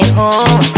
home